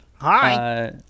Hi